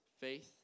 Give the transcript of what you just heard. faith